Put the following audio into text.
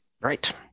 Right